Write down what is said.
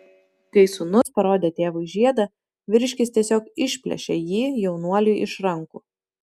kai sūnus parodė tėvui žiedą vyriškis tiesiog išplėšė jį jaunuoliui iš rankų